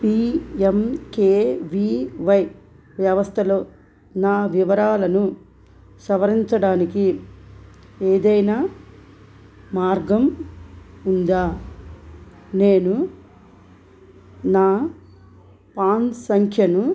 P M K V Y వ్యవస్థలో నా వివరాలను సవరించడానికి ఏదైనా మార్గం ఉందా నేను నా పాన్ సంఖ్యను